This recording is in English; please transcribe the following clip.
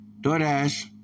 DoorDash